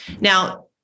Now